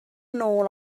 nôl